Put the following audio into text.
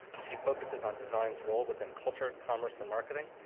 she focuses on design's role within culture, commerce, and marketing,